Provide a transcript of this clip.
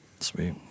Sweet